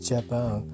Japan